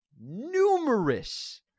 numerous